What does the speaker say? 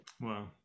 Wow